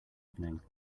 evening